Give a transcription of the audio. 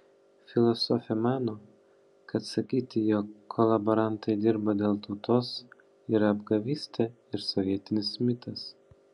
filosofė mano kad sakyti jog kolaborantai dirbo dėl tautos yra apgavystė ir sovietinis mitas